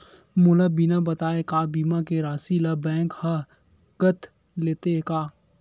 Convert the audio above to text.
मोला बिना बताय का बीमा के राशि ला बैंक हा कत लेते का?